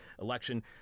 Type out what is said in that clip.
election